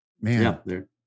Man